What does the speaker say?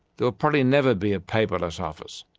there will probably never be a paperless office,